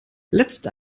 letzte